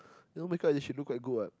your makeup then she look quite good what